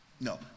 No